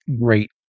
great